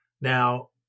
Now